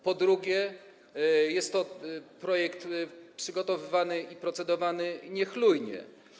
Po drugie, jest to projekt przygotowywany i procedowany niechlujnie.